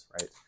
right